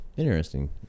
Interesting